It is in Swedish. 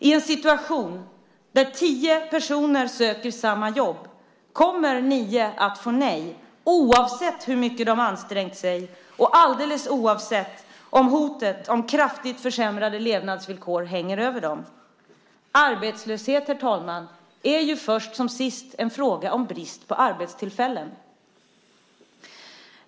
I en situation där tio personer söker samma jobb kommer nio att få nej oavsett hur mycket de har ansträngt sig och alldeles oavsett om hotet om kraftigt försämrade levnadsvillkor hänger över dem. Arbetslöshet, herr talman, är först som sist en fråga om brist på arbetstillfällen.